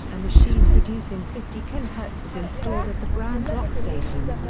a machine producing fifty kilohertz was installed at the brant rock station,